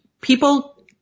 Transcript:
people